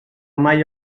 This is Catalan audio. mai